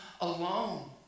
alone